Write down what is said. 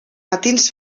matins